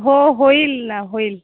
हो होईल ना होईल